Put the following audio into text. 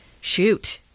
Shoot